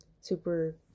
Super